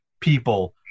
people